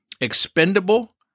expendable